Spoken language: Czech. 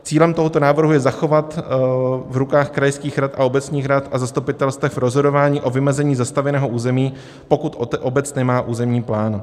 Cílem tohoto návrhu je zachovat v rukách krajských rad a obecních rad a zastupitelstev rozhodování o vymezení zastavěného území, pokud obec nemá územní plány.